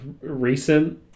recent